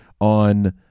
on